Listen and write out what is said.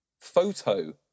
Photo